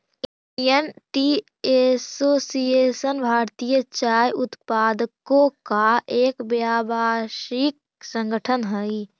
Indian Tea Association भारतीय चाय उत्पादकों का एक व्यावसायिक संगठन हई